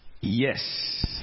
yes